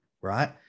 right